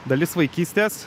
dalis vaikystės